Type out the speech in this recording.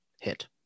hit